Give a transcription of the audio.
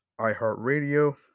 iHeartRadio